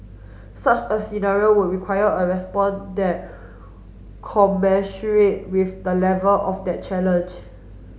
such a scenario would require a response that commensurate with the level of that challenge